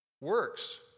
Works